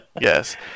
Yes